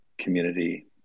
Community